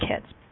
kids